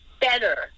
better